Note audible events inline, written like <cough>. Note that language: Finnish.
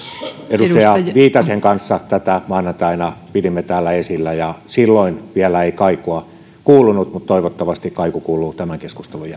edustaja viitasen kanssa tätä maanantaina pidimme täällä esillä ja silloin vielä ei kaikua kuulunut mutta toivottavasti kaiku kuuluu tämän keskustelun <unintelligible>